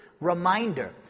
reminder